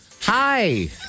hi